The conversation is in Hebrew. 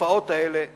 התופעות האלה ייעלמו.